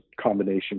combination